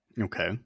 Okay